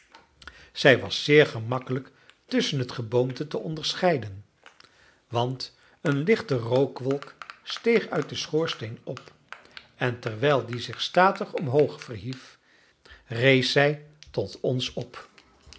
zij was zeer gemakkelijk tusschen het geboomte te onderscheiden want een lichte rookwolk steeg uit den schoorsteen op en terwijl die zich statig omhoog verhief rees zij tot ons op